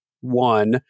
one